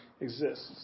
exists